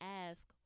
ask